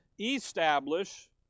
establish